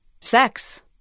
sex